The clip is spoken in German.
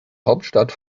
hauptstadt